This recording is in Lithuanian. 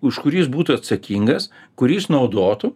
už kurį jis būtų atsakingas kurį jis naudotų